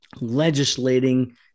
Legislating